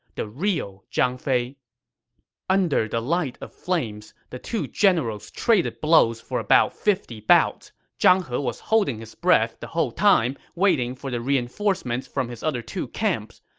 the real zhang fei amid the light of flames, the two generals traded blows for about fifty bouts. zhang he was holding his breath the whole time, waiting for the reinforcements from his other two camps.